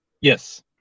Yes